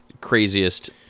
craziest